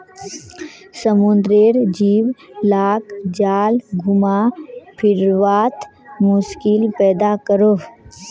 समुद्रेर जीव लाक जाल घुमा फिरवात मुश्किल पैदा करोह